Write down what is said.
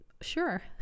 Sure